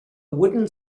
wooden